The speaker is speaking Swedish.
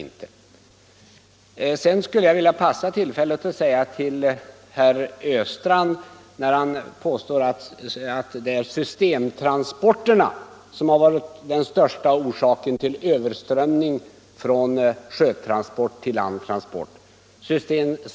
Sedan vill jag passa på tillfället att svara herr Östrand, som påstår att det är systemtransporter som har varit den största orsaken till överströmningen från sjötransport till landtransport.